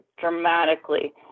dramatically